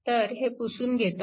तर हे पुसून घेतो